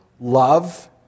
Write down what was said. love